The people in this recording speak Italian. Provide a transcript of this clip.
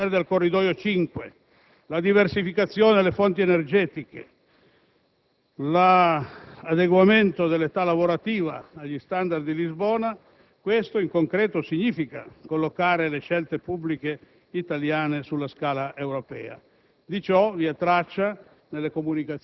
La missione in Afghanistan; il disco verde al Corridoio 5; la diversificazione delle fonti energetiche; l'adeguamento dell'età lavorativa agli *standard* di Lisbona: questo in concreto significa collocare le scelte pubbliche italiane sulla scala europea.